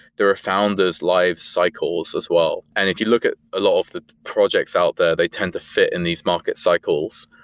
there are founders, lives, cycles as well. and if you look at a lot of the projects out there, they tend to fit in these market cycles.